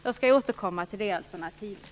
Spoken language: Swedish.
Jag skall återkomma till det alternativet.